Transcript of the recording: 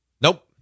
Nope